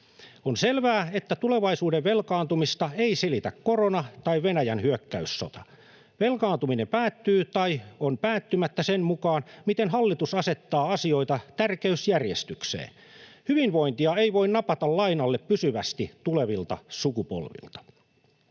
On selvää, että tulevaisuuden velkaantumista ei selitä korona tai Venäjän hyökkäyssota. Velkaantuminen päättyy tai on päättymättä sen mukaan, miten hallitus asettaa asioita tärkeysjärjestykseen. Hyvinvointia ei voi napata lainalle pysyvästi tulevilta sukupolvilta.